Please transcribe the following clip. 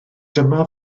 dyma